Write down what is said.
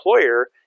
employer